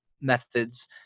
methods